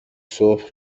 صبح